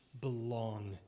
belong